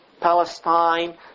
Palestine